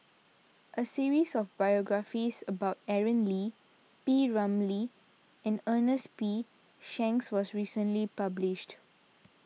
a series of biographies about Aaron Lee P Ramlee and Ernest P Shanks was recently published